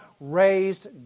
raised